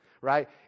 right